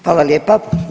Hvala lijepa.